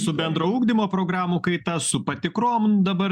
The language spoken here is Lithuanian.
su bendro ugdymo programų kaita su patikrom dabar